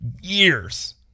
years